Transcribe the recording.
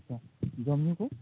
ᱟᱪᱪᱷᱟ ᱡᱚᱢ ᱧᱩ ᱠᱚ